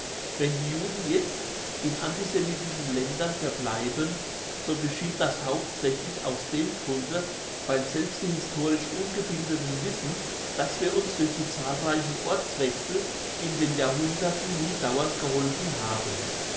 wenn die juden jetzt in antisemitischen ländern verbleiben so geschieht das hauptsächlich aus dem grunde weil selbst die historisch ungebildeten wissen dass wir uns durch die zahlreichen ortswechsel in den jahrhunderten nie dauernd geholfen haben